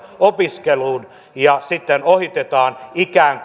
opiskeluun ja sitten ohitetaan ikään